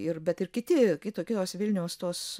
ir bet ir kiti kitokios vilniaus tos